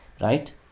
Right